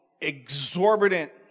exorbitant